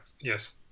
yes